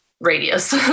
radius